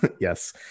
Yes